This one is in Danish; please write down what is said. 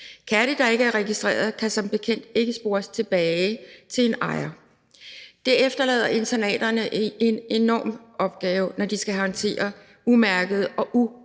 Katte, der ikke er registrerede, kan som bekendt ikke spores tilbage til en ejer. Det efterlader internaterne med en enorm opgave, når de skal håndtere umærkede og